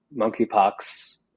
Monkeypox